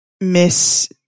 miss